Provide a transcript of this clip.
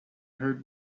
heard